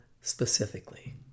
specifically